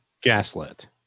gaslit